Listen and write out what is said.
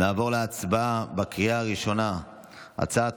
נעבור להצבעה בקריאה הראשונה על הצעת